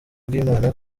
bw’imana